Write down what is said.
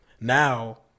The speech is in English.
now